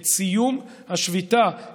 את סיום השביתה,